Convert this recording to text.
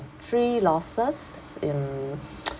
three losses in